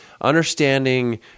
understanding